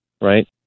right